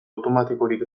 automatikorik